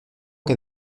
que